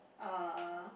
uh